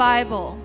Bible